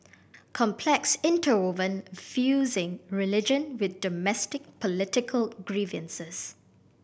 complex interwoven fusing religion with domestic political grievances